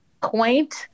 quaint